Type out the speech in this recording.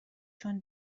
چون